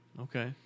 okay